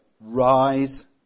rise